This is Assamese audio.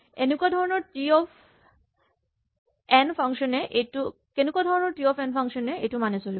কেনেকুৱা ধৰণৰ টি অফ এন ফাংচন এ এইটো মানি চলিব